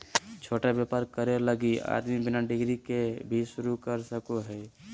छोटा व्यापर करे लगी आदमी बिना डिग्री के भी शरू कर सको हइ